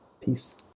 Peace